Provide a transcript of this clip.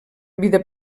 vida